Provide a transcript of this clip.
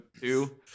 two